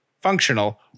functional